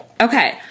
Okay